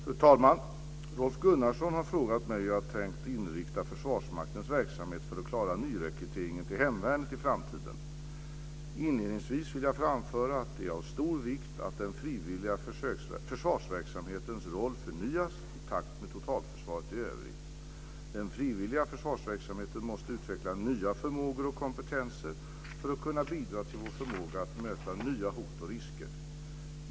Fru talman! Rolf Gunnarsson har frågat mig hur jag har tänkt att inrikta Försvarsmaktens verksamhet för att klara nyrekryteringen till hemvärnet i framtiden. Inledningsvis vill jag framföra att det är av stor vikt att den frivilliga försvarsverksamhetens roll förnyas i takt med totalförsvaret i övrigt. Den frivilliga försvarsverksamheten måste utveckla nya förmågor och kompetenser för att kunna bidra till vår förmåga att möta nya hot och risker.